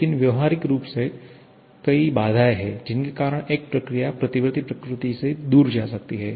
लेकिन व्यावहारिक रूप से कई बाधाएं हैं जिनके कारण एक प्रक्रिया प्रतिवर्ती प्रकृति से दूर जा सकती है